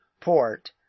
port